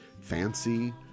fancy